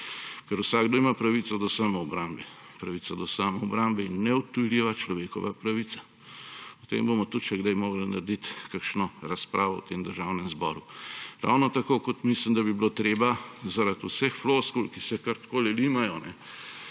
ker vsakdo ima pravico do samoobrambe. Pravica do samoobrambe je neodtujljiva človekova pravica. O tem bomo tudi še kdaj morali narediti kakšno razpravo v tem državnem zboru, ravno tako, kot mislim, da bi bilo treba zaradi vseh floskul, ki se kar takole limajo, o